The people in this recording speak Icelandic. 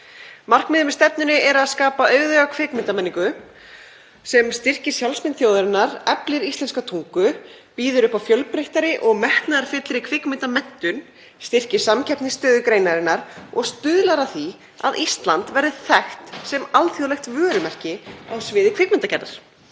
Markmiðið með stefnunni er að skapa auðuga kvikmyndamenningu sem styrkir sjálfsmynd þjóðarinnar, eflir íslenska tungu, býður upp á fjölbreyttari og metnaðarfyllri kvikmyndamenntun, styrkir samkeppnisstöðu greinarinnar og stuðlar að því að Ísland verði þekkt sem alþjóðlegt vörumerki á sviði kvikmyndagerðar.